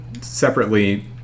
separately